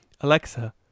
Alexa